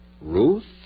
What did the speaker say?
Ruth